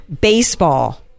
baseball